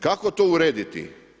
Kako to urediti?